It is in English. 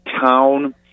Town